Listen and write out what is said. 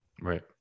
right